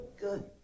good